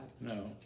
No